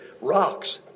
rocks